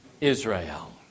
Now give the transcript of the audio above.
Israel